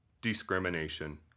discrimination